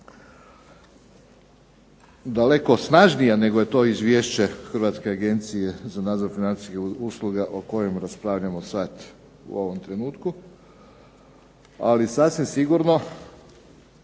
daleko snažnije nego što je to Izvješće Hrvatske agencije za nadzor financijskih usluga o kojem raspravljamo sada u ovom trenutku, ali sasvim sigurno